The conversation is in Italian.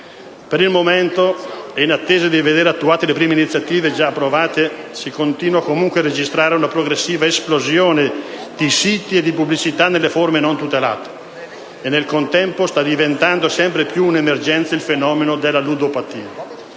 Per il momento ed in attesa di veder attuate le prime iniziative già approvate si continua comunque a registrare una progressiva esplosione di siti e di pubblicità nelle forme non tutelate e, nel contempo, sta diventando sempre più un'emergenza il fenomeno della ludopatia.